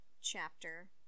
chapter